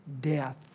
death